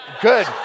good